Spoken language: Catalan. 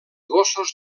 gossos